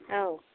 औ